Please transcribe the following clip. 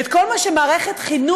ואת כל מה שמערכת חינוך,